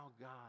God